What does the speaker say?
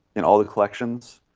in all the collections,